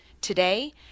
today